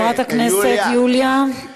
חברת הכנסת יוליה.